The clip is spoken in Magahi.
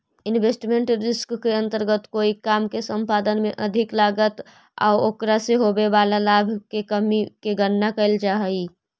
इन्वेस्टमेंट रिस्क के अंतर्गत कोई काम के संपादन में अधिक लागत आउ ओकरा से होवे वाला लाभ के कमी के गणना कैल जा हई